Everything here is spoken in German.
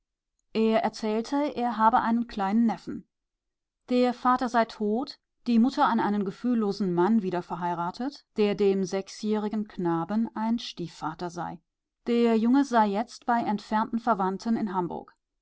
er erzählte er habe einen kleinen neffen der vater sei tot die mutter an einen gefühllosen mann wieder verheiratet der dem sechsjährigen knaben ein stiefvater sei der junge sei jetzt bei entfernten verwandten in hamburg